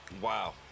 Wow